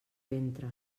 ventre